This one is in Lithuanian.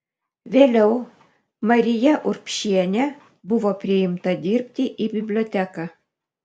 vėliau marija urbšienė buvo priimta dirbti į biblioteką